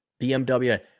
BMW